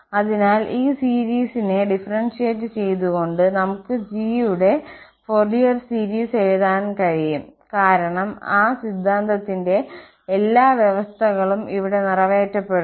അതിനാൽ ഈ സീരിസിനെ ഡിഫറെൻഷ്യറ്റ് ചെയ്തുകൊണ്ട് നമുക്ക് g യുടെ ഫൊറിയർ സീരീസ് എഴുതാൻ കഴിയും കാരണം ആ സിദ്ധാന്തത്തിന്റെ എല്ലാ വ്യവസ്ഥകളും ഇവിടെ നിറവേറ്റപ്പെടുന്നു